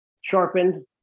sharpened